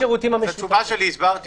הסברתי